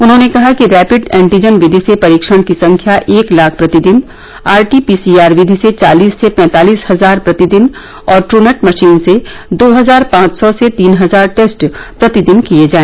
उन्होंने कहा कि रैपिड एन्टीजन विधि से परीक्षण की संख्या एक लाख प्रतिदिन आर टीपी सीआर विधि से चालीस से पैंतालीस हजार प्रतिदिन और टूनैट मशीन से दो हजार पांच सौ से तीन हजार टेस्ट प्रतिदिन की जाए